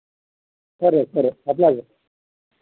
సరే సరే అలాగే